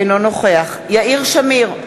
אינו נוכח יאיר שמיר,